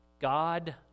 God